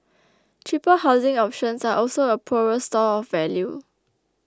cheaper housing options are also a poorer store of value